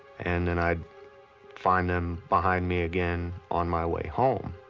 and then i'd find them behind me again on my way home.